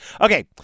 Okay